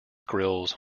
grills